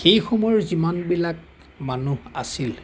সেই সময়ৰ যিমানবিলাক মানুহ আছিল